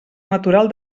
natural